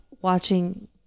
Watching